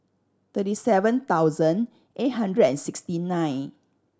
thirty seven thousand eight hundred and sixty nine